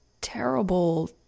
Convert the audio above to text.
terrible